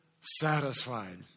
satisfied